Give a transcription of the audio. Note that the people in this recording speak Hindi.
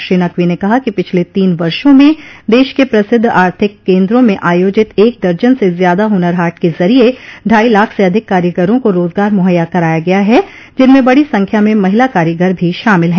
श्री नकवी ने कहा कि पिछले तीन वर्षो में देश के प्रसिद्ध आर्थिक केन्द्रों में आयोजित एक दर्जन से ज्यादा हुनर हाट के जरिये ढाई लाख से अधिक कारीगरों को रोजगार मुहैया कराया गया है जिनमें बड़ी संख्या में महिला कारीगर भी शामिल है